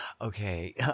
Okay